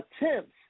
attempts